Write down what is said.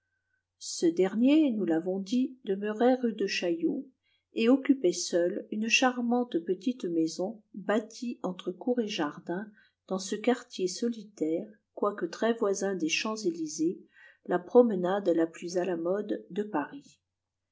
ce dernier nous l'avons dit demeurait rue de chaillot et occupait seul une charmante petite maison bâtie entre cour et jardin dans ce quartier solitaire quoique très voisin des champs-élysées la promenade la plus à la mode de paris